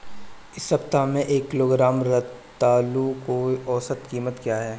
इस सप्ताह में एक किलोग्राम रतालू की औसत कीमत क्या है?